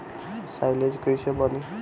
Silage कईसे बनी?